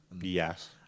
Yes